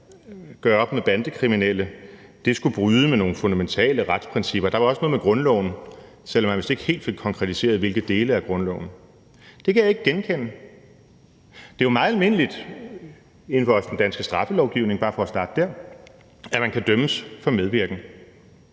gøre op med bandekriminelle skulle bryde med nogle fundamentale retsprincipper. Der var også noget med grundloven, selv om man vist ikke helt fik konkretiseret hvilke dele af grundloven. Det kan jeg ikke genkende. Det er jo meget almindeligt inden for også den danske straffelovgivning, bare for at starte der, at man kan dømmes for medvirken.